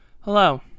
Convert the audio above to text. Hello